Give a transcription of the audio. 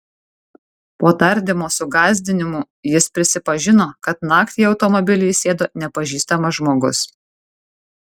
po tardymo su gąsdinimų jis prisipažino kad naktį į automobilį įsėdo nepažįstamas žmogus